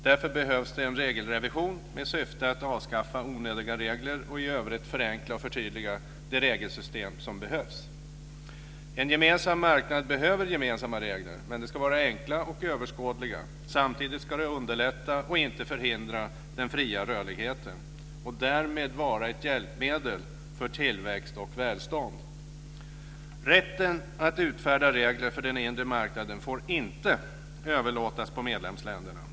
Därför behövs en regelrevision med syfte att avskaffa onödiga regler och i övrigt förenkla och förtydliga det regelsystem som behövs. En gemensam marknad behöver gemensamma regler, men de ska vara enkla och överskådliga. Samtidigt ska de underlätta och inte förhindra den fria rörligheten, och därmed vara ett hjälpmedel för tillväxt och välstånd. Rätten att utfärda regler för den inre marknaden får inte överlåtas på medlemsländer.